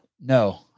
No